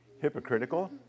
Hypocritical